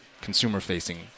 consumer-facing